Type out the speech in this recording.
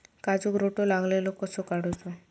काजूक रोटो लागलेलो कसो काडूचो?